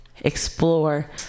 Explore